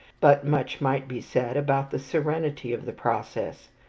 but much might be said about the serenity of the process.